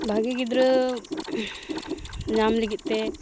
ᱵᱷᱟᱜᱮ ᱜᱤᱫᱽᱨᱟᱹ ᱧᱟᱢ ᱞᱟᱜᱤᱫ ᱛᱮ